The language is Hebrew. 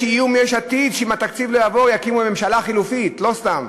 יש איום מיש עתיד שאם התקציב לא יעבור יקימו ממשלה חלופית"; לא סתם,